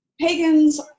Pagans